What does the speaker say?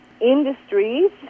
industries